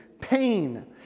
pain